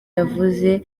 yavuze